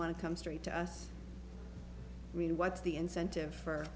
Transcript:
to come straight to us i mean what's the incentive for